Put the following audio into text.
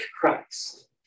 Christ